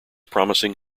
promising